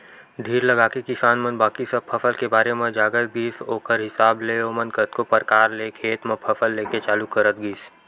धीर लगाके किसान मन बाकी सब फसल के बारे म जानत गिस ओखर हिसाब ले ओमन कतको परकार ले खेत म फसल लेके चालू करत गिस